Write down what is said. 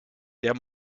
der